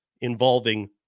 involving